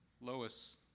Lois